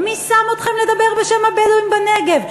"מי שם אתכם לדבר בשם הבדואים בנגב?",